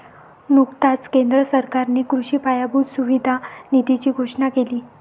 नुकताच केंद्र सरकारने कृषी पायाभूत सुविधा निधीची घोषणा केली